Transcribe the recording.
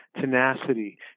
tenacity